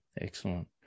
Excellent